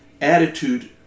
attitude